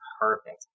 perfect